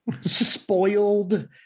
spoiled